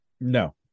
No